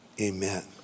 Amen